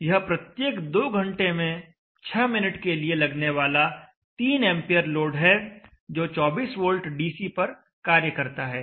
यह प्रत्येक 2 घंटे में 6 मिनट के लिए लगने वाला 3 एंपियर लोड है जो 24 वोल्ट डीसी पर कार्य करता है